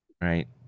right